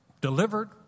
delivered